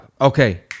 okay